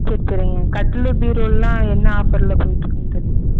சேரி சரிங்க கட்டிலு பீரோவெல்லாம் என்ன ஆஃபரில் போய்ட்டுருக்குனு தெரியும்ங்களா